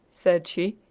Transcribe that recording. said she,